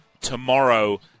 tomorrow